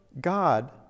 God